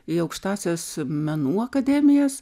į aukštąsias menų akademijas